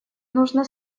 нужно